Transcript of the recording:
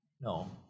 No